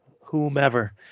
whomever